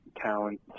talent